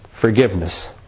forgiveness